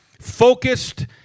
focused